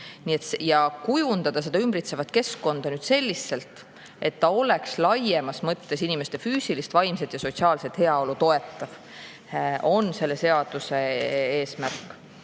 Kujundada ümbritsevat keskkonda selliselt, et see oleks laiemas mõttes inimeste füüsilist, vaimset ja sotsiaalset heaolu toetav, ongi selle seaduse eesmärk.